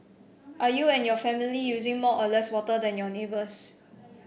are you and your family using more or less water than your neighbours